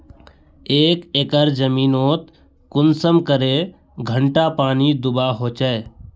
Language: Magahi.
एक एकर जमीन नोत कुंसम करे घंटा पानी दुबा होचए?